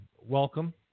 welcome